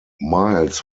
miles